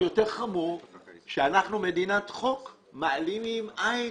יותר חמור זה שאנחנו מדינת חוק מעלימים עין